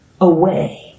away